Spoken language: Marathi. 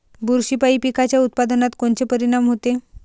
बुरशीपायी पिकाच्या उत्पादनात कोनचे परीनाम होते?